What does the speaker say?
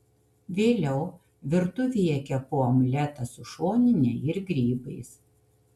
vėliau virtuvėje kepu omletą su šonine ir grybais